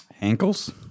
Ankles